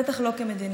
בטח לא כמדיניות,